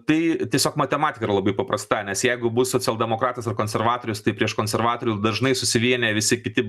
tai tiesiog matematika yra labai paprasta nes jeigu bus socialdemokratas ar konservatorius tai prieš konservatorius dažnai susivienija visi kiti